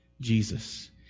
jesus